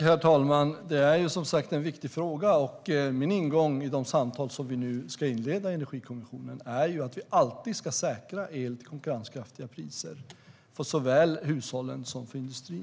Herr talman! Detta är som sagt en viktig fråga, och min ingång i de samtal som vi nu ska inleda i Energikommissionen är att vi alltid ska säkra el till konkurrenskraftiga priser till såväl hushållen som industrin.